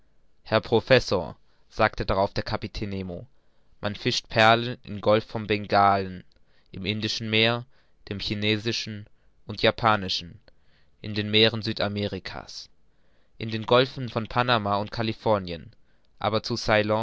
herr professor sagte darauf der kapitän nemo man fischt perlen im golf von bengalen im indischen meer dem chinesischen und japanischen in den meeren süd amerikas in den golfen von panama und californien aber